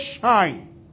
shine